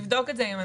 נבדוק את זה.